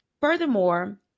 Furthermore